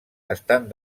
estan